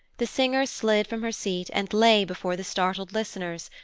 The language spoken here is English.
the singer slid from her seat and lay before the startled listeners,